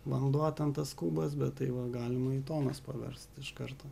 vanduo ten tas kubas bet tai va galima į tonas paverst iš karto